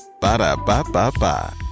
Ba-da-ba-ba-ba